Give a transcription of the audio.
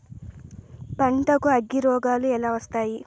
పంటకు అగ్గిరోగాలు ఎలా వస్తాయి?